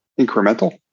incremental